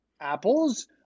Apples